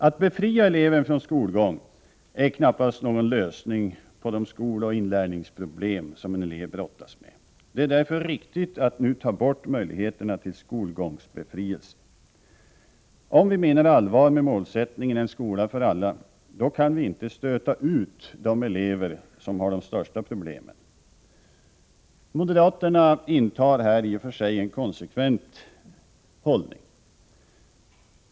Att befria eleven från skolgång är knappast någon lösning på de skoloch inlärningsproblem som en elev brottas med. Det är därför riktigt att nu ta bort möjligheterna till skolgångsbefrielse. Om vi menar allvar med målsättningen ”en skola för alla”, då får vi inte stöta ut de elever som har de största problemen. Moderaterna intar här i och för sig en konsekvent hållning.